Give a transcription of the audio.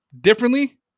differently